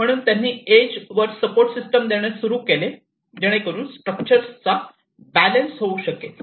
म्हणूनच त्यांनी इज वर सपोर्ट सिस्टम देणे सुरू केले जेणेकरुन स्ट्रक्चर चा बॅलेन्स होऊ शकेल